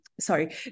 sorry